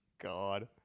God